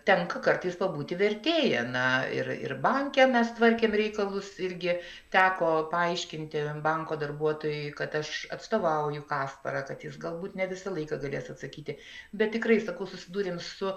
tenka kartais pabūti vertėja na ir ir banke mes tvarkėm reikalus irgi teko paaiškinti banko darbuotojui kad aš atstovauju kasparą kad jis galbūt ne visą laiką galės atsakyti bet tikrai sakau susidūrėm su